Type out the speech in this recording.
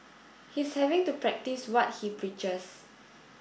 he's having to practice what he preaches